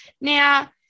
Now